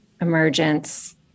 emergence